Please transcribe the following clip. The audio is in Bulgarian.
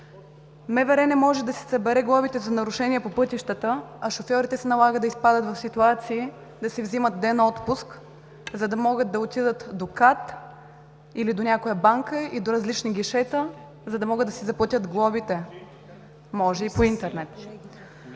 МВР не може да си събере глобите за нарушение по пътищата, а шофьорите се налага да изпадат в ситуации да си взимат ден отпуск, за да могат да отидат до КАТ или до някоя банка и до различни гишета, за да могат да си заплатят глобите. Може и по интернет.